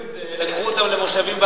לקחו אותם למושבים בערבה,